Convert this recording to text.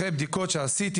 אחרי בדיקות שעשיתי,